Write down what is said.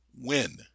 Win